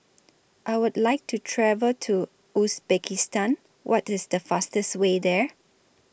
I Would like to travel to Uzbekistan What IS The fastest Way There